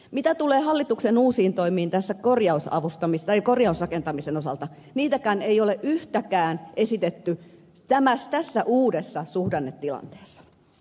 mitä tulee hallituksen uusiin toimiin tässä korjausrakentamisen osalta niitäkään ei ole yhtäkään esitetty tässä uudessa suhdannetilanteessa